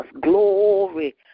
Glory